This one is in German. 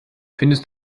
findest